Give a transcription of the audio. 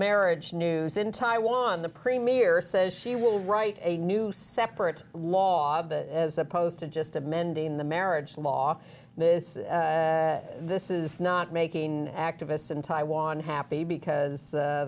marriage news in taiwan the premier says she will write a new separate law that as opposed to just amending the marriage law this this is not making activists in taiwan happy because